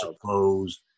closed